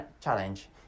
challenge